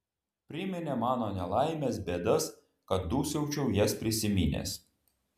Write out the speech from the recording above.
priminė mano nelaimes bėdas kad dūsaučiau jas prisiminęs